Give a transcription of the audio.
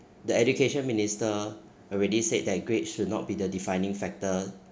the education minister already said that grades should not be the defining factor